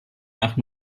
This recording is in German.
nach